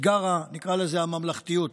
אתגר הממלכתיות,